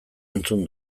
entzuna